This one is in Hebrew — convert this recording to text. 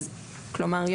כלומר,